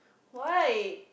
why